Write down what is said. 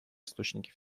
источники